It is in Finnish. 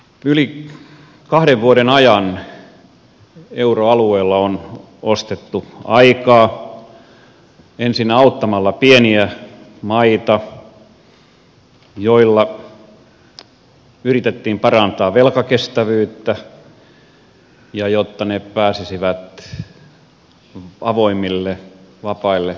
yli kahden vuoden ajan euroalueella on ostettu aikaa ensin auttamalla pieniä maita millä yritettiin parantaa velkakestävyyttä jotta ne pääsisivät avoimille vapaille markkinoille